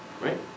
Right